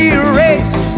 erase